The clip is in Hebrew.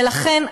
ולכן,